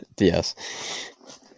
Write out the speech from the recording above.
Yes